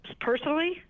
personally